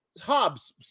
Hobbs